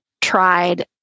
tried